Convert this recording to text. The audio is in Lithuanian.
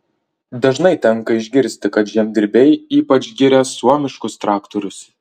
dažnai tenka išgirsti kad žemdirbiai ypač giria suomiškus traktorius